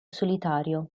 solitario